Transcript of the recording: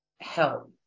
help